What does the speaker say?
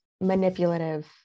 manipulative